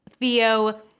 Theo